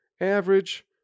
Average